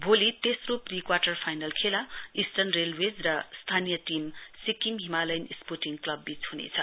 भोलि तेस्रो pre quarter final खेला इस्टर्न रेल्वेज र स्थानीय team Sikkim Himalayan sporting club बीच हुनेछ